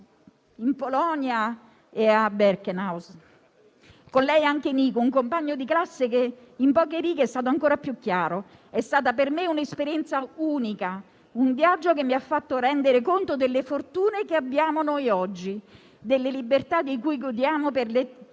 in Polonia, e a Birkenau. Con lei anche Nico, un compagno di classe che in poche righe è stato ancora più chiaro: «È stata per me un'esperienza unica, un viaggio che mi ha fatto rendere conto delle fortune che abbiamo noi oggi, delle libertà di cui godiamo, per le